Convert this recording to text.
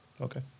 Okay